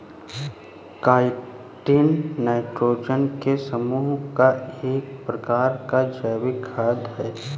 chitin nitrogen के समूह का एक प्रकार का जैविक खाद है